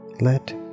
Let